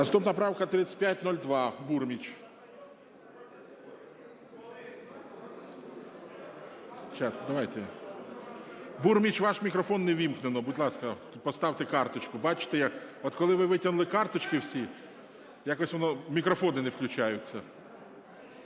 Наступна правка - 3502. Бурміч. Бурміч, ваш мікрофон не ввімкнено. Будь ласка, поставте карточку. Бачите, от коли ви витягнули карточки всі, якось воно мікрофони не включаються.